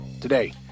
today